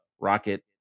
Rocket